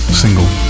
single